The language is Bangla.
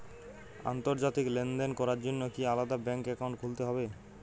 আন্তর্জাতিক লেনদেন করার জন্য কি আলাদা ব্যাংক অ্যাকাউন্ট খুলতে হবে?